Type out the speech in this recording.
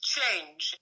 change